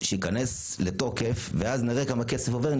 שייכנס לתוקף ואז נראה כמה כסף עובר,